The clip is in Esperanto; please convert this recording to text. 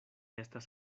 estas